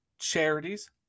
charities